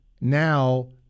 Now